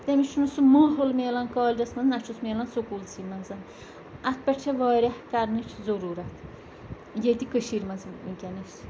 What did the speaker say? تٔمِس چھُنہٕ سُہ ماحول مِلان کالجَس منٛز نہ چھُس مِلان سکوٗلسٕے منٛز اَتھ پٮ۪ٹھ چھےٚ واریاہ کَرنٕچ ضروٗرت ییٚتہِ کٔشیٖرِ منٛز وٕنۍکٮ۪نَس